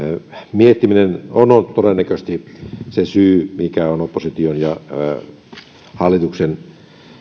miettiminen on ollut todennäköisesti se mikä on opposition ja hallituksen